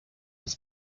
des